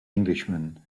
englishman